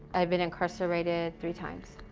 i've been incarcerated three times.